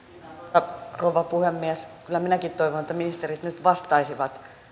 arvoisa rouva puhemies kyllä minäkin toivon että ministerit nyt vastaisivat